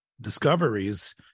discoveries